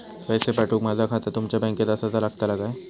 पैसे पाठुक माझा खाता तुमच्या बँकेत आसाचा लागताला काय?